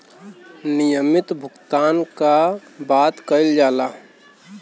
नियमित भुगतान के बात कइल जाला